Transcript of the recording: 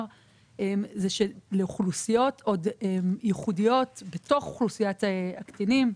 היא שלאוכלוסיות ייחודיות בתוך אוכלוסיית הקטינים,